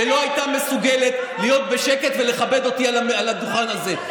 שלא הייתה מסוגלת להיות בשקט ולכבד אותי על הדוכן הזה,